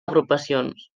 agrupacions